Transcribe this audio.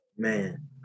man